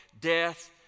death